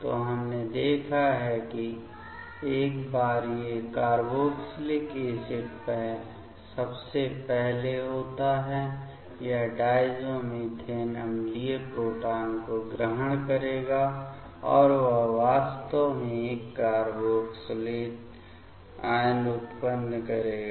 तो हमने देखा है कि एक बार ये कार्बोक्जिलिक एसिड सबसे पहले होता है यह डायज़ोमिथेन अम्लीय प्रोटॉन को ग्रहण करेगा और वह वास्तव में इस कार्बोक्जिलेट आयन को उत्पन्न करेगा